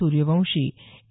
Suryavanshi ए